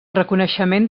reconeixement